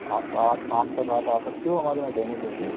आप आज शाम तक आप आ सकते हो हमारे यहाँ डैमो ले कर